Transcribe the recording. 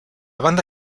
banda